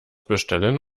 bestellen